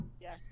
Yes